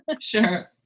Sure